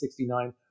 1969